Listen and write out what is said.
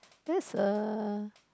that's a